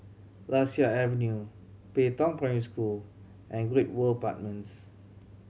Lasia Avenue Pei Tong Primary School and Great World Apartments